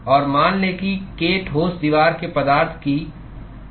और मान लें कि k ठोस दीवार के पदार्थ की थर्मल कान्डक्टिवटी है